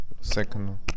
second